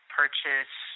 purchase